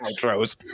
intros